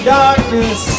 darkness